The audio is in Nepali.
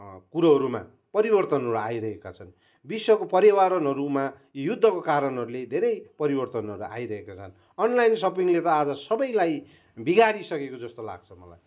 कुरोहरूमा परिवर्तनहरू आइरहेका छन् विश्वको पर्यावरणहरूमा युद्धको कारणहरूले धेरै परिवर्तनहरू आइरहेका छन् अनलाइन सपिङले त आज सबैलाई बिगारिसकेको जस्तो लाग्छ मलाई